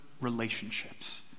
relationships